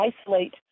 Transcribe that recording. isolate